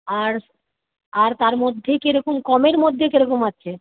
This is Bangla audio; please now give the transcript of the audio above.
আর আর তার মধ্যেই কীরকম কমের মধ্যে কীরকম আছে